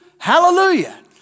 Hallelujah